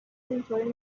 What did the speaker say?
اینطوری